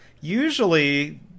Usually